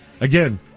again